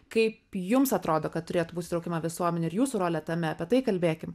kaip jums atrodo kad turėtų būt įtraukiama visuomenė ir jūsų rolė tame apie tai kalbėkim